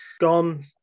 gone